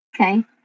Okay